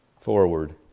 Forward